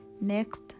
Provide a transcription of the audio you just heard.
next